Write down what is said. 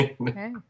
Okay